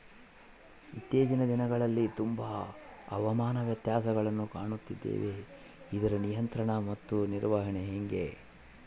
ಇತ್ತೇಚಿನ ದಿನಗಳಲ್ಲಿ ತುಂಬಾ ಹವಾಮಾನ ವ್ಯತ್ಯಾಸಗಳನ್ನು ಕಾಣುತ್ತಿದ್ದೇವೆ ಇದರ ನಿಯಂತ್ರಣ ಮತ್ತು ನಿರ್ವಹಣೆ ಹೆಂಗೆ?